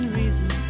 reason